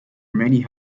many